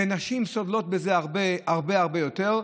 נשים סובלות מזה הרבה הרבה יותר.